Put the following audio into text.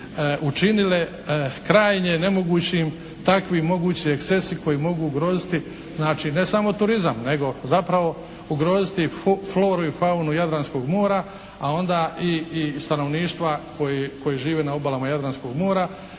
učinile krajnje nemogućim takvi mogući ekscesi koji mogu ugroziti znači ne samo turizma nego zapravo ugroziti floru i faunu Jadranskog mora, a onda i stanovništva koje živi na obalama Jadranskog mora